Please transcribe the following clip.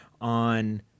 on